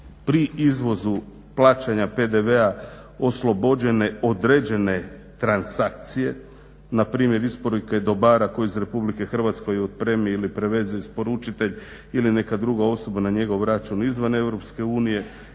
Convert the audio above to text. pri izvozu plaćanja PDV-a oslobođenje određene transakcije. Na primjer isporuke dobara koju iz Republike Hrvatske otpremi ili preveze isporučitelj ili neka druga osoba na njegov račun izvan